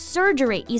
Surgery